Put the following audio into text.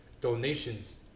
donations